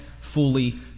fully